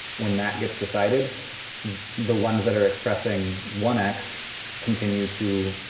when that gets decided the ones that are expressing one x continue to.